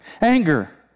Anger